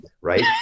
right